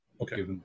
Okay